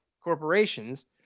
corporations